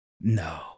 No